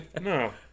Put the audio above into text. No